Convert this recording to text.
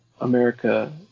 America